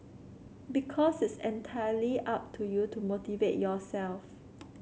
because it's entirely up to you to motivate yourself